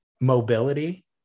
mobility